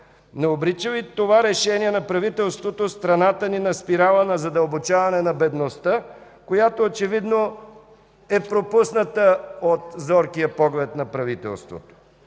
Не обрича ли това решение на правителството страната ни на спирала на задълбочаване на бедността, която очевидно е пропусната от зоркия поглед на правителството?